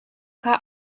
kha